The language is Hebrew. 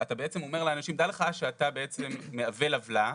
אתה אומר לאנשים: דע לך שאתה מעוול עוולה,